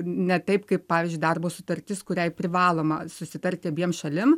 ne taip kaip pavyzdžiui darbo sutartis kuriai privaloma susitarti abiem šalim